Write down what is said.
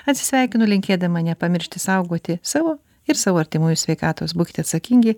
atsisveikinu linkėdama nepamiršti saugoti savo ir savo artimųjų sveikatos būkit atsakingi